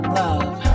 love